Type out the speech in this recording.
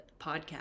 podcast